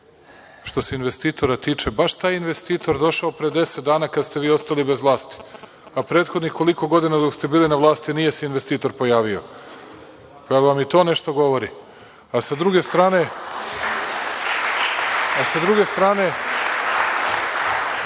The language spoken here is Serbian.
se investitora tiče, baš je taj investitor došao pre deset dana kada ste vi ostali bez vlasti, a prethodnih koliko godina dok ste bili na vlasti nije se investitor pojavio. Da li vam i to nešto govori? Sa druge strane, ovo mi je